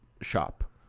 shop